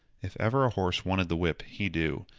if ever a horse wanted the whip, he do.